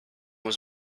was